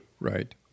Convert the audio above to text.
Right